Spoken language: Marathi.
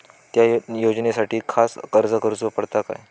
त्या योजनासाठी खास अर्ज करूचो पडता काय?